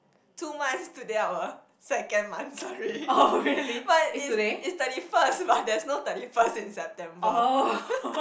two months today our second monthsary but is is thirty first but there's no thirty first in September